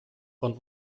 von